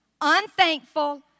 Unthankful